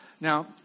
Now